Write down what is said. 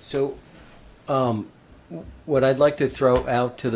so what i'd like to throw out to the